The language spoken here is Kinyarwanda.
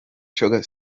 coga